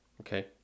Okay